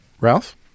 Ralph